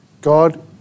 God